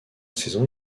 saison